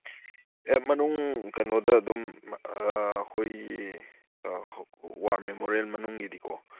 ꯍꯦꯛ ꯃꯅꯨꯡ ꯀꯩꯅꯣꯗ ꯑꯗꯨꯝ ꯑꯩꯈꯣꯏꯒꯤ ꯋꯥꯔ ꯃꯦꯃꯣꯔꯤꯌꯦꯜ ꯃꯅꯨꯡꯒꯤꯗꯤꯀꯣ